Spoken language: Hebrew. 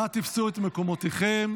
אנא תפסו את מקומותיכם.